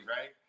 right